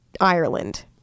Ireland